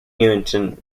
newington